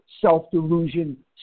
self-delusion